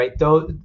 right